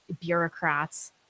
bureaucrats